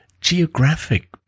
Geographic